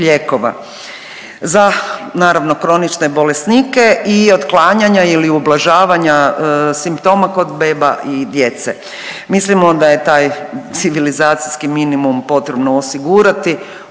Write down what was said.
za naravno kronične bolesnike i otklanjanja ili ublažavanja simptoma kod beba i djece. Mislimo da je taj civilizacijski minimum potrebno osigurati